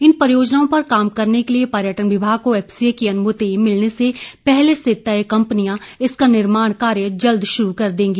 इन परियोजनाओं पर काम करने के लिये पर्यटन विभाग को एफसीए की अनुमति मिलने से पहले से तय कम्पनियां इसका निर्माण कार्य जल्द शुरू कर देंगी